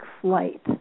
Flight